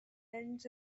ends